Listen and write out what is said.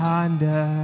Honda